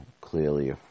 clearly